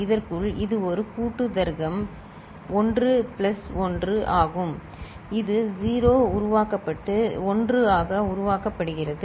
இதற்குள் இது ஒரு கூட்டு தர்க்கம் 1 பிளஸ் 1 ஆகும் இது 0 உருவாக்கப்பட்டு 1 ஆக உருவாக்கப்படுகிறது